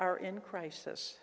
are in crisis